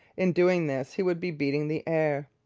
in doing this he would be beating the air.